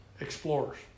explorers